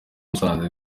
musanze